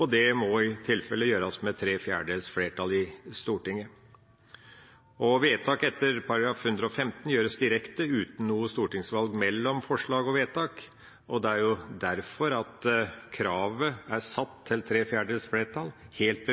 og det må i tilfelle gjøres med tre fjerdedels flertall i Stortinget. Vedtak etter § 115 gjøres direkte, uten noe stortingsvalg mellom forslag og vedtak, og det er derfor kravet til tre fjerdedels flertall er satt. Det ble helt